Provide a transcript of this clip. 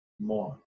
more